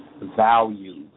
value